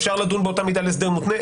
אפשר לדון באותה מידה על הסדר מותנה,